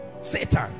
Satan